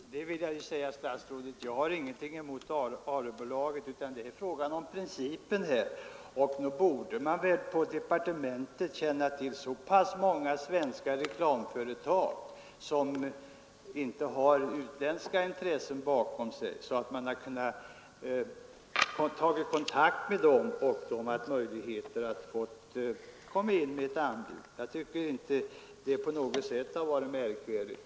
Herr talman! Det vill jag säga statsrådet att jag har ingenting emot Arebolagen, utan här är det fråga om principer. Nog borde man väl i departementet känna till svenska reklamföretag som inte har utländska intressen bakom sig och som man kunde ha tagit kontakt med för att få in anbud. Jag tycker inte att det borde ha varit på något sätt märkvärdigt.